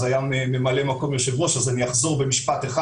היה ממלא-מקום יושב-ראש אז אני אחזור במשפט אחד